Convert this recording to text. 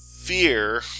Fear